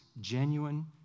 genuine